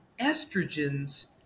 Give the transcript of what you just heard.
Estrogen's